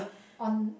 on